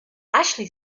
ashley